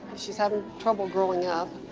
she's having trouble growing up,